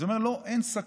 אז אני אומר: לא, אין סכנה.